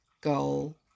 goal